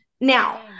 Now